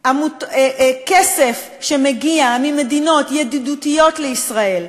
כסף שמגיע ממדינות ידידותיות לישראל,